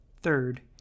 Third